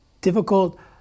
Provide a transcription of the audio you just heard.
difficult